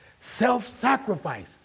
self-sacrifice